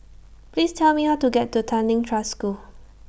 Please Tell Me How to get to Tanglin Trust School